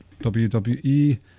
WWE